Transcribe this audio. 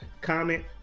comment